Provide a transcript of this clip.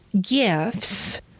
gifts